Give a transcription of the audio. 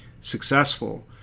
successful